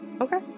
Okay